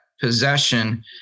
possession